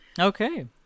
Okay